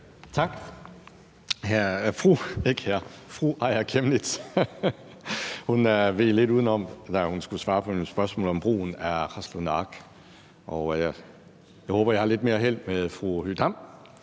Tak. Fru Aaja Chemnitz veg lidt udenom, da hun skulle svare på mit spørgsmål om brugen af »qallunaaq«, og jeg håber, jeg har lidt mere held med fru